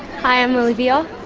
hi, i'm olivia.